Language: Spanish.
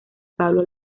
pablo